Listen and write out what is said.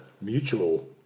mutual